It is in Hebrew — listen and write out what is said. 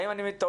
האם אני טועה?